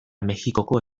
mexikoko